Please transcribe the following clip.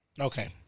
Okay